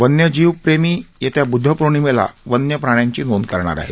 वन्यजीव प्रेमी येत्या बुध्दपौर्णिमेला वन्यप्राण्यांची नोंद करणार आहेत